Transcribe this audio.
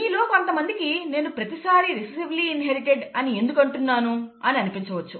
మీలో కొంతమందికి నేను ప్రతీసారీ రెసెసివ్లి ఇన్హెరిటెడ్ అని ఎందుకు అంటున్నాను అని అనిపించవచ్చు